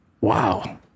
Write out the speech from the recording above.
wow